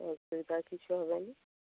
অসুবিধার কিছু হবে না